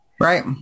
Right